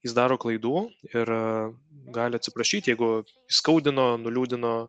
jis daro klaidų ir gali atsiprašyt jeigu įskaudino nuliūdino